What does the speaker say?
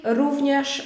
również